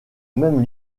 même